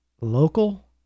local